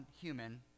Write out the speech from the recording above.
human